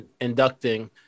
inducting